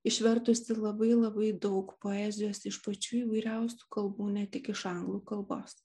išvertusi labai labai daug poezijos iš pačių įvairiausių kalbų ne tik iš anglų kalbos